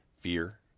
Fear